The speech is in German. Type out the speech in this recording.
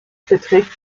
beträgt